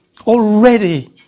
already